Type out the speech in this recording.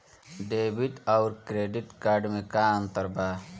Debit आउर credit card मे का अंतर बा?